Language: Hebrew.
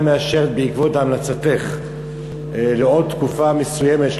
מאשרת בעקבות המלצתך לעוד תקופה מסוימת,